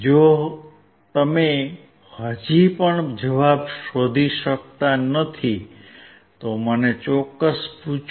જો તમે હજી પણ જવાબ શોધી શકતા નથી તો મને પૂછો